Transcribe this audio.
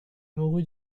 mourut